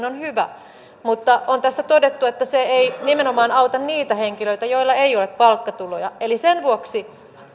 on hyvä mutta on tässä todettu että se ei auta nimenomaan niitä henkilöitä joilla ei ole palkkatuloja eli sen vuoksi